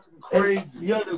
crazy